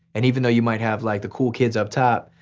and even though you might have like the cool kids up top